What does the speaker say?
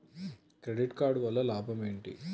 Credit card వల్ల లాభం ఏంటి?